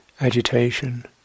agitation